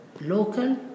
local